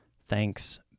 Thanks